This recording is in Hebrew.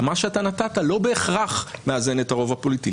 מה שאתה נתת לא בהכרח מאזן את הרוב הפוליטי.